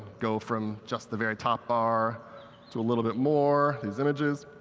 go from just the very top bar to a little bit more these images,